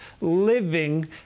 living